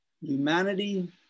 Humanity